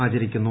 ആചരിക്കുന്നു